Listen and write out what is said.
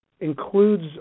includes